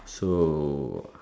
so